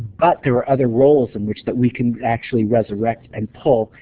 but there are other roles in which that we can actually resurrect and pull,